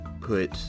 put